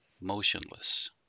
motionless